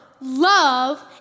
love